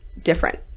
different